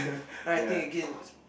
then I think again